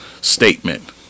statement